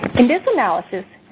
in this analysis,